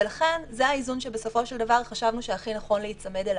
ולכן זה האיזון שבסופו של דבר חשבנו שהכי נכון להיצמד אליו.